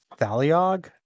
Thaliog